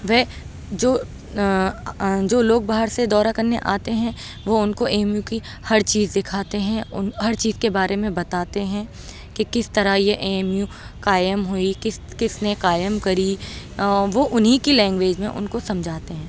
وہ جو جو لوگ باہر سے دورہ كرنے آتے ہیں وہ اُن كو اے ایم یو كی ہر چیز دكھاتے ہیں اُن ہر چیز كے بارے میں بتاتے ہیں کہ کس طرح یہ اے ایم یو قائم ہوئی کس كس نے قائم كری وہ اُنہی كی لینگویج میں اُن كو سمجھاتے ہیں